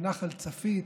בנחל צפית,